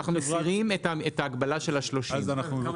ואנחנו מסירים את ההגבלה של ה- 30. הבנתי,